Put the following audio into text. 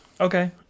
Okay